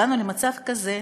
הגענו למצב כזה